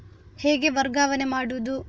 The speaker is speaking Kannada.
ಹೇಗೆ ವರ್ಗಾವಣೆ ಮಾಡುದು?